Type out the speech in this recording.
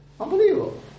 Unbelievable